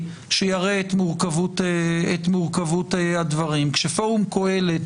זה ב"ס 12, לא בה"ד 1. דוגמה אישית לא חל עליכם?